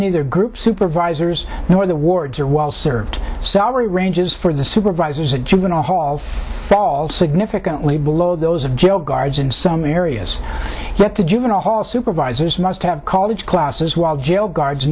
neither group supervisors nor the wards are well served salary ranges for the supervisors at juvenile hall falls significantly below those of jail guards in some areas led to juvenile hall supervisors must have college classes while jail guards